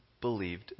believed